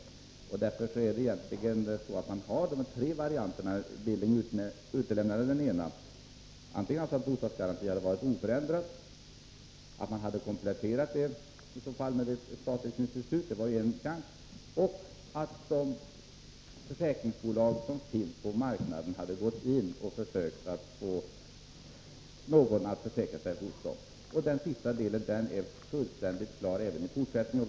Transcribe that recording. Man hade tre varianter — Knut Billing utelämnade den ena. 2. Man hade kompletterat företaget med ett statligt institut. 3. De försäkringsbolag som finns på marknaden hade gått in och försökt få någon att försäkra sig hos dem. Det sista alternativet är fullt möjligt även i fortsättningen.